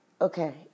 Okay